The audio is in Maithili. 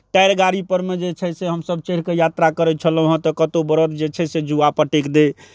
टायर गाड़ीपर मे जे छै से हमसभ चढ़ि कऽ यात्रा करै छलहुँ हँ तऽ कतहु बड़द जे छै से जुआ पटकि दै